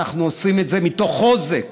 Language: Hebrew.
אנחנו עושים את זה מתוך חוזק,